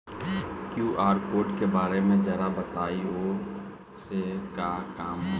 QR code के बारे में जरा बताई वो से का काम होला?